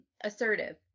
assertive